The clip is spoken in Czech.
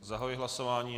Zahajuji hlasování.